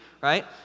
right